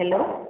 hello